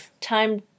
time